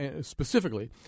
specifically